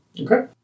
Okay